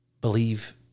believe